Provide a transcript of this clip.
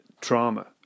trauma